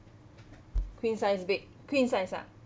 queen size bed queen size uh